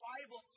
Bible